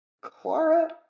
Clara